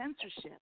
censorship